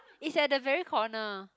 is at the very corner